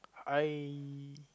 I